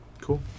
cool